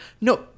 no